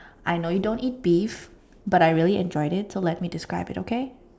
I know you don't eat beef but I really enjoyed it so let me describe it okay